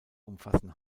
umfassen